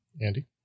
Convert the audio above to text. Andy